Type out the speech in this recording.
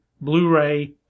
Blu-ray